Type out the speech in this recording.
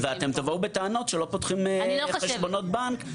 ואתם תבואו בטענות שלא פותחים חשבונות בנק